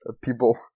people